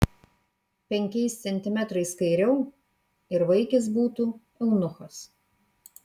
penkiais centimetrais kairiau ir vaikis būtų eunuchas